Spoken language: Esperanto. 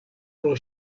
pro